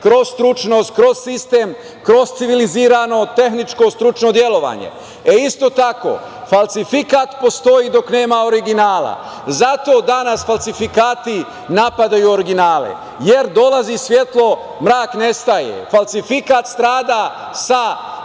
kroz stručnost, kroz sistem, kroz civilizirano tehničko stručno delovanje. Isto tako, falsifikat postoji dok nema originala, zato danas falsifikati napadaju originale, jer dolazi svetlo, mrak ne staje. Falsifikat strada sa